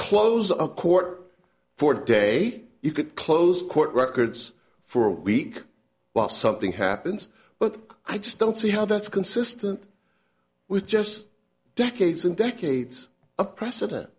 close up court for day you could close court records for a week while something happens but i just don't see how that's consistent with just decades and decades of precedent